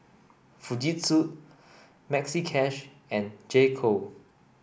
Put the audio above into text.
Fujitsu Maxi Cash and J Co